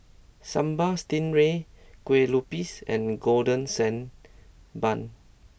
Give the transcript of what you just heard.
Sambal Stingray Kuih Lopes and Golden Sand Bun